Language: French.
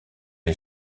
les